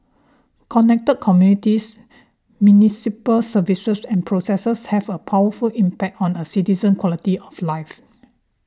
connected communities municipal services and processes have a powerful impact on a citizen's quality of life